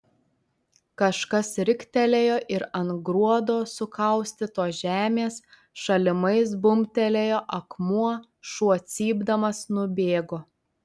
kažkas riktelėjo ir ant gruodo sukaustytos žemės šalimais bumbtelėjo akmuo šuo cypdamas nubėgo